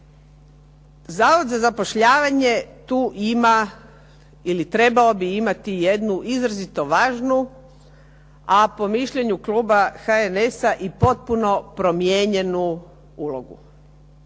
Zavod za zapošljavanje tu ima ili trebao imati jednu izrazito važnu, a po mišljenju kluba HNS-a i potpuno promijenjenu ulogu.